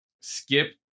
skip